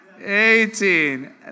Eighteen